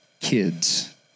kids